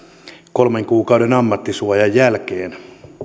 kolmen kuukauden ammattisuojan jälkeen